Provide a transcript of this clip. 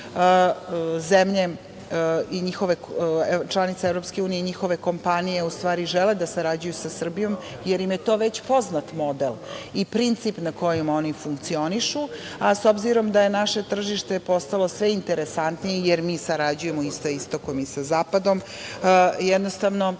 zemlje članice EU i njihove kompanije u stvari žele da sarađuju sa Srbijom, jer im je to već poznat model i princip na kojem one funkcionišu, a s obzirom da je naše tržište postalo sve interesantnije, jer mi sarađujemo i sa istokom i sa zapadom, jednostavno,